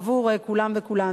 עבור כולם וכולן.